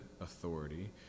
authority